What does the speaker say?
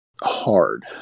hard